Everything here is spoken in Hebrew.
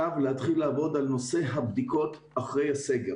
כך שאם גלי התחלואה יעלו אנחנו נהיה במקום אחר מבחינת היכולת שלנו לקלוט